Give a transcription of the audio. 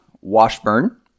Washburn